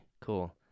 cool